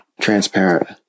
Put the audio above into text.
transparent